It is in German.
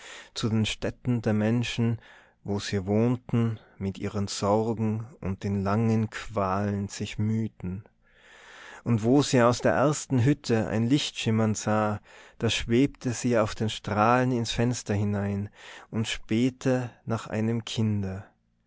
zu den stätten der menschen wo sie wohnten mit ihren sorgen und in langen qualen sich mühten und wo sie aus der ersten hütte ein licht schimmern sah da schwebte sie auf den strahlen ins fenster hinein und spähte nach einem kinde